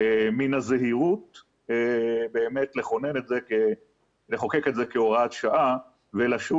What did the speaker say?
מן הזהירות לחוקק את זה כהוראת שעה ולשוב